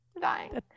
dying